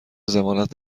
ضمانت